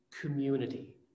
community